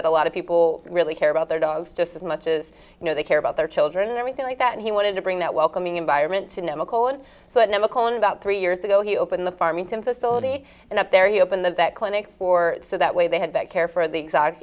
that a lot of people really care about their dogs just as much as you know they care about their children and everything like that and he wanted to bring that welcoming environment to mco and so it never call in about three years ago he opened the farmington facility and up there he opened the that clinic for so that way they had that care for the ex